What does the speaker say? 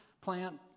plant